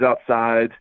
outside